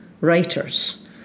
writers